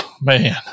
man